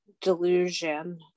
delusion